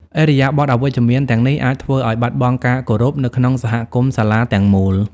ឥរិយាបថអវិជ្ជមានទាំងនេះអាចធ្វើឲ្យ បាត់បង់ការគោរព នៅក្នុងសហគមន៍សាលាទាំងមូល។